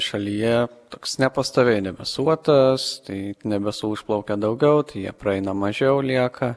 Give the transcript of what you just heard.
šalyje toks nepastoviai debesuotas tai debesų užplaukia daugiau tai jie praeina mažiau lieka